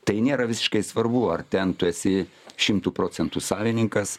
tai nėra visiškai svarbu ar ten tu esi šimtu procentų savininkas